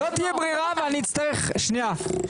שנייה,